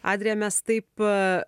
adrija mes taip